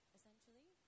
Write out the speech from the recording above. Essentially